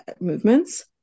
movements